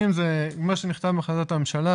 280 זה מה שנכתב בהחלטת הממשלה,